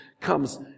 comes